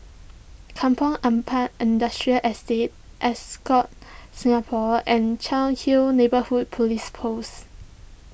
Kampong Ampat Industrial Estate Ascott Singapore and Cairnhill Neighbourhood Police Post